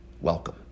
Welcome